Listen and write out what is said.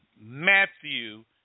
Matthew